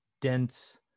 dense